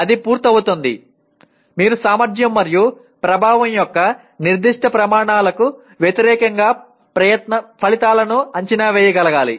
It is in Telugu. అది పూర్తయింది మీరు సామర్థ్యం మరియు ప్రభావం యొక్క నిర్దిష్ట ప్రమాణాలకు వ్యతిరేకంగా ఫలితాలను అంచనా వేయగలగాలి